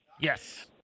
Yes